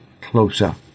closer